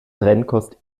trennkost